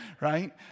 right